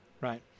right